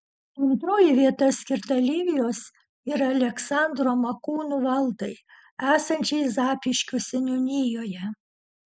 antroji vieta skirta livijos ir aleksandro makūnų valdai esančiai zapyškio seniūnijoje